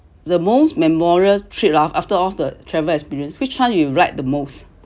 the most memorial trip ah after all the travel experience which one you like the most